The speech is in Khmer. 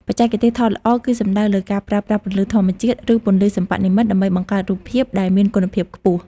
បច្ចេកទេសថតល្អ គឺសំដៅលើ ការប្រើប្រាស់ពន្លឺធម្មជាតិឬពន្លឺសិប្បនិមិត្តដើម្បីបង្កើតរូបភាពដែលមានគុណភាពខ្ពស់។